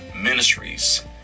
ministries